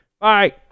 Bye